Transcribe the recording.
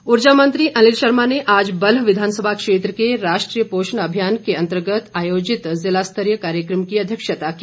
अनिल शर्मा ऊर्जा मंत्री अनिल शर्मा ने आज बल्ह विधानसभा क्षेत्र के राष्ट्रीय पोषण अभियान के अंतर्गत आयोजित जिला स्तरीय कार्यक्रम की अध्यक्षता की